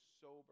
sober